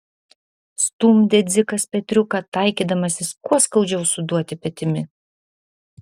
stumdė dzikas petriuką taikydamasis kuo skaudžiau suduoti petimi